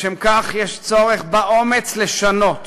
לשם כך יש צורך באומץ לשנות,